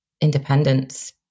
independence